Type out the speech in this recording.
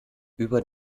über